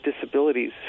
disabilities